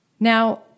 Now